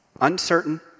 Uncertain